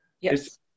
Yes